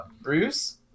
Bruce